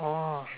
orh